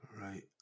Right